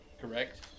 Correct